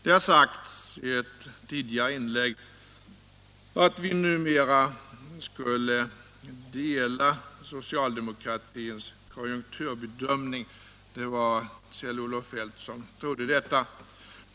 Det har sagts i ett tidigare inlägg att vi numera skulle dela socialdemokratins konjunkturbedömning. Det var Kjell-Olof Feldt som trodde detta.